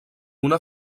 una